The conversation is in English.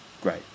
Great